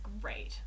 great